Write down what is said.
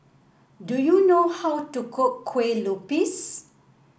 do you know how to cook Kueh Lupis